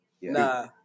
Nah